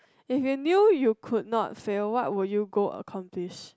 if you knew you could not fail what would you go accomplish